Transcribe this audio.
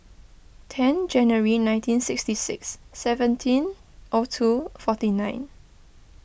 ten Jan nineteen sixty six seventeen O two forty nine